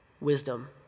wisdom